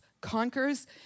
conquers